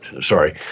sorry